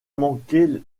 manquer